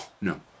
no